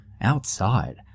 outside